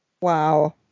wow